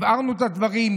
הבהרנו את הדברים,